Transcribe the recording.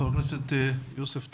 חבר הכנסת יוסף טייב.